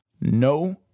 no